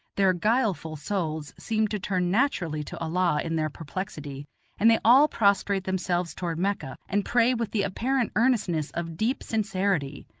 their guileful souls seem to turn naturally to allah in their perplexity and they all prostrate themselves toward mecca, and pray with the apparent earnestness of deep sincerity.